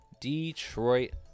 Detroit